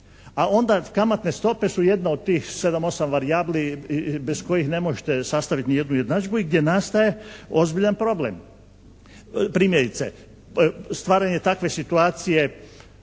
A onda kamatne stope su jedna od tih 7, 8 varijabli bez kojih ne možete sastaviti nijednu jednadžbu i gdje nastaje ozbiljan problem. Primjerice, stvaranje takve situacije,